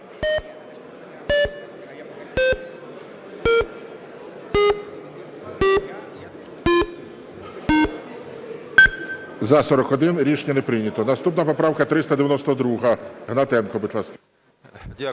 За-41 Рішення не прийнято. Наступна поправка 392. Гнатенко, будь ласка.